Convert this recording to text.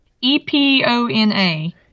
E-P-O-N-A